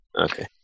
Okay